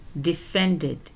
defended